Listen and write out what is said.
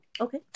Okay